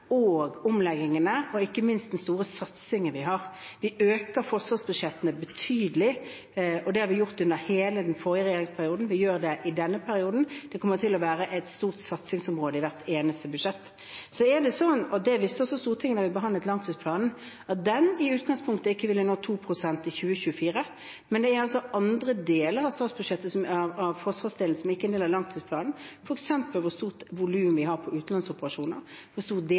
og omleggingene, og ikke minst med den store satsingen vi har. Vi øker forsvarsbudsjettene betydelig. Det har vi gjort under hele den forrige regjeringsperioden, og vi gjør det i denne perioden. Det kommer til å være et stort satsingsområde i hvert eneste budsjett. Så er det sånn, og det visste også Stortinget da vi behandlet langtidsplanen, at en i utgangspunktet ikke ville nå 2 pst. i 2024. Men det er altså andre deler av statsbudsjettet med hensyn til forsvarsdelen som ikke gjelder langtidsplanen, f.eks. hvor stort volum vi har på utenlandsoperasjoner, og hvor stor deltakelse vi har knyttet til det.